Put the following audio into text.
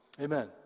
Amen